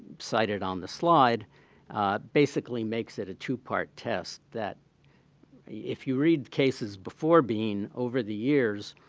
cited on the slide basically makes it a two-part test that if you read cases before bean, over the years,